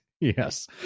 Yes